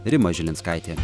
rima žilinskaitė